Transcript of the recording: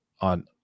on